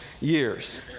years